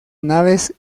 naves